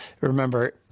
remember